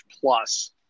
plus